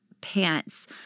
pants